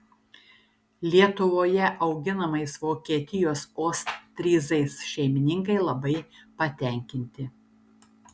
lietuvoje auginamais vokietijos ostfryzais šeimininkai labai patenkinti